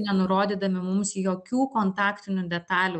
nenurodydami mums jokių kontaktinių detalių